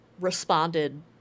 responded